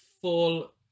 full